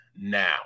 now